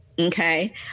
Okay